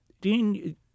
Dean